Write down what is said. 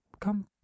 come